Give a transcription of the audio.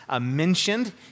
mentioned